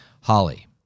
Holly